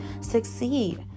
succeed